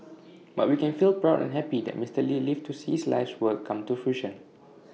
but we can feel proud and happy that Mister lee lived to see his life's work come to fruition